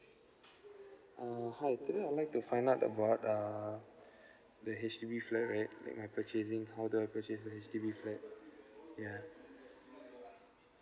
uh hi afternoon I'd like to find out about err the H_D_B flat right with my purchasing how do I purchase the H_D_B flat yeah